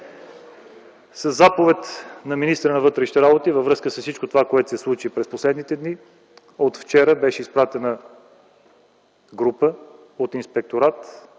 Със заповед на министъра на вътрешните работи, във връзка с всичко това, което се случи през последните дни – от вчера беше изпратена група от Инспекторат,